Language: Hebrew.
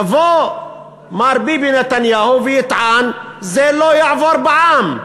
יבוא מר ביבי נתניהו ויטען: זה לא יעבור בעם.